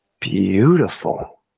beautiful